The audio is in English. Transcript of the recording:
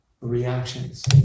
reactions